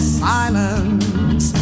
silence